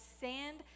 sand